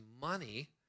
money